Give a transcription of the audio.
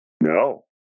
No